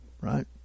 right